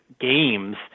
games